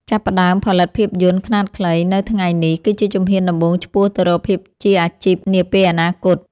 ចាប់ផ្ដើមផលិតភាពយន្តខ្នាតខ្លីនៅថ្ងៃនេះគឺជាជំហានដំបូងឆ្ពោះទៅរកភាពជាអាជីពនាពេលអនាគត។